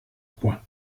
coin